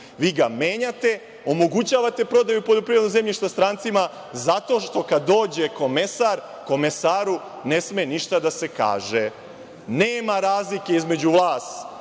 Vi ga menjate, omogućavate prodaju poljoprivrednog zemljišta strancima, zato što kad dođe komesar, komesaru ne sme ništa da se kaže. Nema razlike između vas